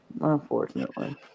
Unfortunately